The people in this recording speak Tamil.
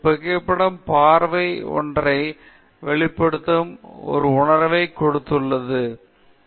ஒரு புகைப்படம் பார்வை ஒன்றை வெளிப்படுத்தும் ஒரு உணர்வைக் கொண்டுள்ளது உங்களுக்கு தெரியும் இது உண்மையில் என்ன பொருள்